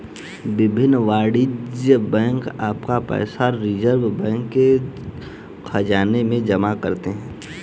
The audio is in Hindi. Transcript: विभिन्न वाणिज्यिक बैंक अपना पैसा रिज़र्व बैंक के ख़ज़ाने में जमा करते हैं